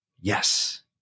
Yes